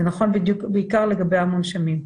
זה נכון בעיקר לגבי המונשמים.